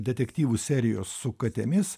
detektyvų serijos su katėmis